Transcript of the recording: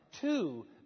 Two